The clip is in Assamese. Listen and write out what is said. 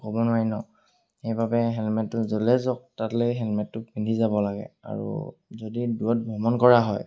ক'ব নোৱাৰি ন সেইবাবে হেলমেটটো জ্বলে যওক তালে হেলমেটটো পিন্ধি যাব লাগে আৰু যদি দূৰত ভ্ৰমণ কৰা হয়